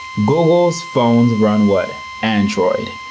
google's phones run what? android.